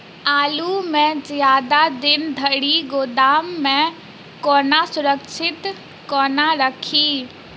आलु केँ जियादा दिन धरि गोदाम मे कोना सुरक्षित कोना राखि?